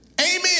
Amen